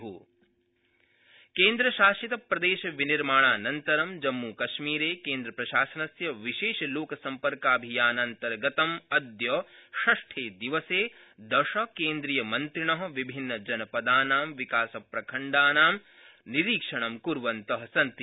जम्मूकश्मीरलोकसम्पर्क केन्द्रशासितप्रदेशविनिर्माणानन्तरं जम्मूकश्मीर केन्द्रप्रशासनस्य विशेष लोकसम्पर्काभियानान्तर्गतमद्य षष्ठे दिवसे दश केन्द्रियमन्त्रिण विभिन्नजनपदानां विकासप्रखण्डानां निरीक्षणं कृर्वन्त सन्ति